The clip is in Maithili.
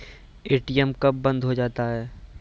ए.टी.एम कब बंद हो जाता हैं?